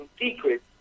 secret